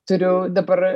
turiu dabar